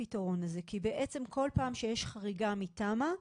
הפתרון הזה כי כל פעם שיש חריגה מתמ"א,